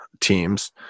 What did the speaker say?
teams